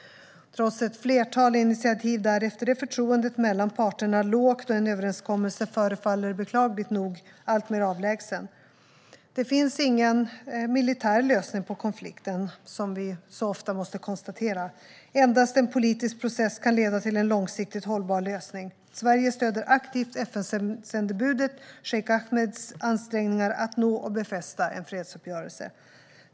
Trots ett flertal initiativ därefter är förtroendet mellan parterna lågt, och en överenskommelse förefaller beklagligt nog alltmer avlägsen. Det finns ingen militär lösning på konflikten, som vi så ofta måste konstatera. Endast en politisk process kan leda till en långsiktigt hållbar lösning. Sverige stöder aktivt FN-sändebudet Cheikh Ahmeds ansträngningar att nå och befästa en fredsuppgörelse.